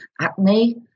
acne